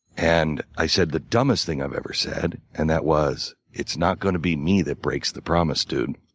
and i said the dumbest thing i've ever said, and that was, it's not gonna be me that breaks the promise, dude.